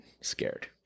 scared